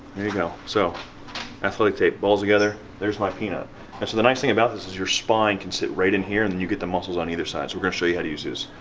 you go. so athletic tape, balls together, there's my peanut. and so the nice thing about this is your spine can sit right in here and then you get the muscles on either side. so we're gonna show you how to use this.